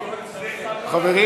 חברים,